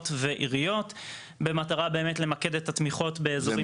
ועיריות במטרה למקד את התמיכות באזורים עירוניים.